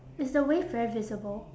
is the wave very visible